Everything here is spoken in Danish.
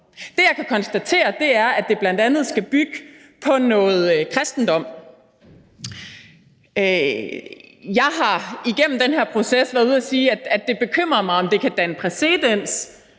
Det, jeg kan konstatere, er, at det bl.a. skal bygge på noget kristendom. Jeg har igennem den her proces været ude at sige, at det bekymrer mig, om det kan danne præcedens